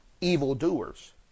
evildoers